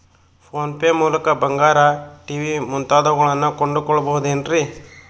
Phone pay ಮೂಲಕ ಬಂಗಾರ, TV ಮುಂತಾದವುಗಳನ್ನ ಕೊಂಡು ಕೊಳ್ಳಬಹುದೇನ್ರಿ?